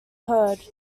herd